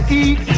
eat